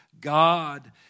God